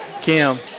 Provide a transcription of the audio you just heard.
Kim